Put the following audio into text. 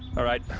alright.